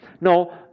No